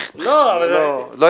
אני